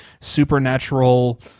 supernatural